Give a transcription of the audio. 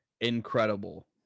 incredible